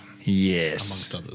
Yes